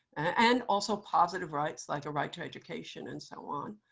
and also positive rights, like a right to education, and so on.